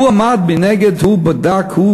הוא עמד מנגד והוא בדק,